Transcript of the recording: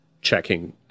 checking